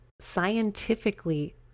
scientifically